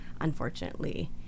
unfortunately